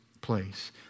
place